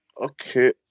okay